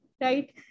right